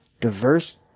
diverse